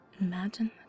Imagine